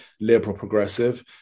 liberal-progressive